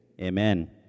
Amen